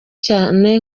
cyane